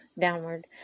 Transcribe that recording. downward